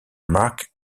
mark